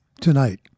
tonight